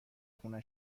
خونه